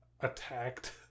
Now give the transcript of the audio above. attacked